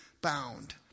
bound